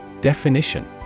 Definition